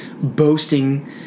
boasting